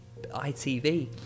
ITV